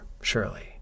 surely